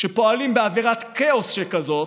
כשפועלים באווירת כאוס שכזאת,